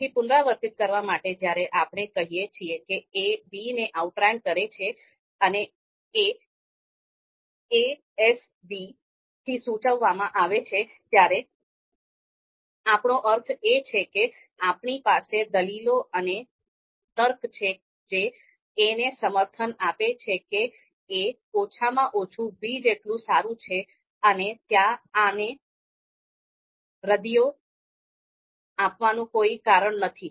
તેથી પુનરાવર્તિત કરવા માટે જ્યારે આપણે કહીએ છીએ કે a b ને આઉટરેંક કરે છે અને એ a S b થી સુચાવવમાં આવે છે ત્યારે આપણો અર્થ એ છે કે આપણી પાસે દલીલો અને તર્ક છે જે એને સમર્થન આપે છે કે a ઓછામાં ઓછું b જેટલું સારું છે અને ત્યાં આને રદિયો આપવાનું કોઈ કારણ નથી